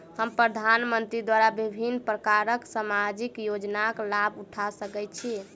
हम प्रधानमंत्री द्वारा विभिन्न प्रकारक सामाजिक योजनाक लाभ उठा सकै छी?